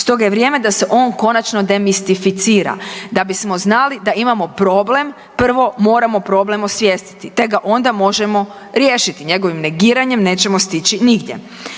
stoga je vrijeme da se on konačno demistificira, da bismo znali da imamo problem, prvo moram problem osvijestiti te ga onda možemo riješiti, njegovim negiranjem nećemo stići nigdje.